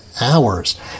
hours